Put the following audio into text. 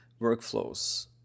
workflows